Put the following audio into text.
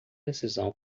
decisão